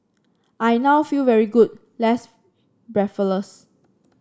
I now feel very good less breathless